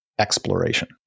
Exploration